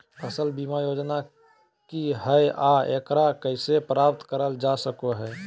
फसल बीमा योजना की हय आ एकरा कैसे प्राप्त करल जा सकों हय?